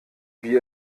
wie